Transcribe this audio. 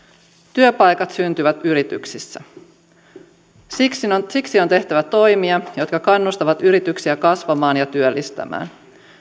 työpaikat syntyvät yrityksissä siksi on tehtävä toimia jotka kannustavat yrityksiä kasvamaan ja työllistämään